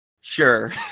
Sure